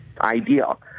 Ideal